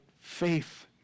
faith